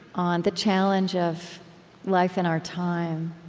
on the challenge of life in our time,